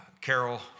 carol